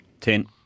Ten